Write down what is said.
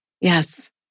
Yes